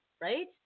right